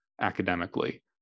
academically